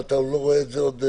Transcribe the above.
אתה לא רואה את זה.